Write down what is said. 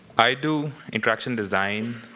i do interaction design,